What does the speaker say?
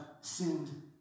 sinned